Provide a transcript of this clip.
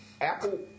Apple